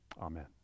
amen